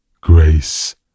grace